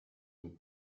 une